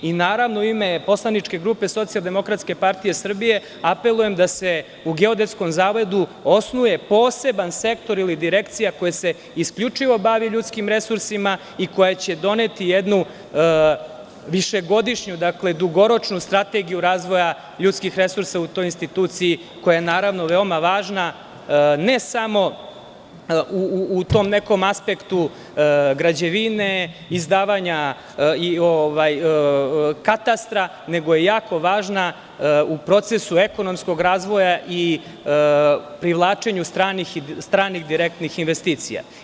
U ime poslaničke grupe SDPS, apelujem da se u Geodetskom zavodu osnuje poseban sektor ili direkcija koja će se isključivo baviti ljudskim resursima i koja će doneti jednu višegodišnju, dugoročnu strategiju razvoja ljudskih resursa u toj instituciji koja je veoma važna, ne samo u tom nekom aspektu građevine, izdavanja katastra, nego je jako važna u procesu ekonomskog razvoja i privlačenju stranih direktnih investicija.